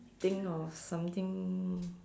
think of something